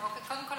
קודם כול,